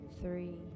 three